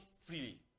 freely